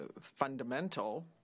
fundamental